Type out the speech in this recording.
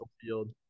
field